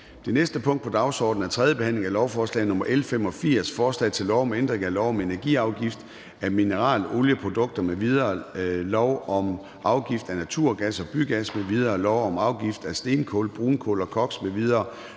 Det næste punkt på dagsordenen er: 10) 3. behandling af lovforslag nr. L 85: Forslag til lov om ændring af lov om energiafgift af mineralolieprodukter m.v., lov om afgift af naturgas og bygas m.v., lov om afgift af stenkul, brunkul og koks m.v.,